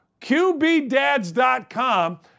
QBDads.com